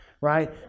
right